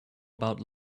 about